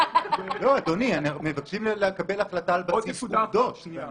אדוני, מבקשים לקבל החלטה על בסיס עובדות.